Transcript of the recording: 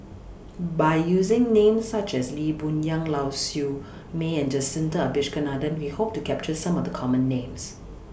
By using Names such as Lee Boon Yang Lau Siew Mei and Jacintha Abisheganaden We Hope to capture Some of The Common Names